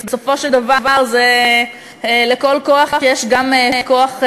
בסופו של דבר לכל כוח יש גם כוח נגדי.